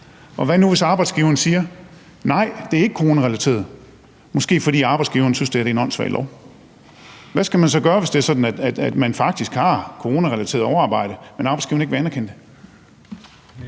Og hvad nu, hvis arbejdsgiveren siger, at nej, det er ikke coronarelateret, måske fordi arbejdsgiveren synes, det her er en åndssvag lov? Hvad skal man gøre, hvis det er sådan, at man faktisk har coronarelateret overarbejde, men arbejdsgiveren ikke vil anerkende det?